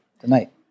tonight